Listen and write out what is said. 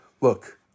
Look